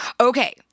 Okay